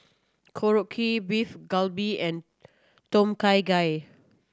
Korokke Beef Galbi and Tom Kha Gai